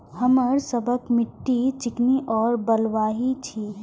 हमर सबक मिट्टी चिकनी और बलुयाही छी?